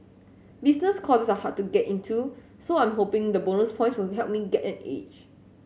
business courses are hard to get into so I am hoping the bonus point will help me get an edge